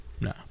No